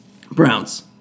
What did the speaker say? Browns